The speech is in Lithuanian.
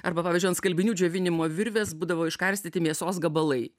arba pavyzdžiui ant skalbinių džiovinimo virvės būdavo iškarstyti mėsos gabalai